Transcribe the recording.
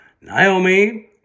naomi